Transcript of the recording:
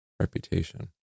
reputation